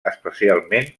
especialment